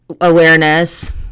awareness